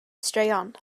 straeon